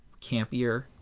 campier